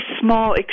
small